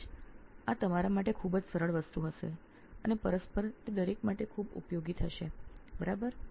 કદાચ આ આપના માટે ખૂબ જ સરળ વસ્તુ હશે અને પરસ્પર તે દરેક માટે ખૂબ ઉપયોગી થશે બરાબર